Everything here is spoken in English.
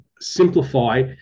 simplify